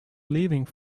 leaving